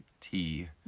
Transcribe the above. tea